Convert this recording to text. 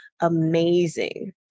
amazing